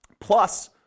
plus